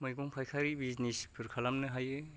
मैगं फायखारि बिजिनेस फोर खालामनो हायो